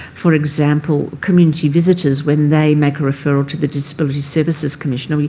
for example, community visitors, when they make a referral to the disability services commissioner,